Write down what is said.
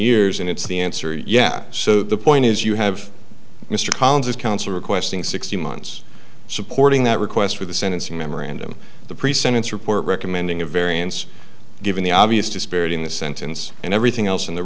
years and it's the answer yeah so the point is you have mr collins as counsel requesting sixty months supporting that request with the sentencing memorandum the pre sentence report recommending a variance given the obvious disparity in the sentence and everything else in the